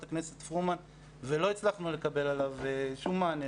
הכנסת פרומן ולא הצלחנו לקבל עליו שום מענה,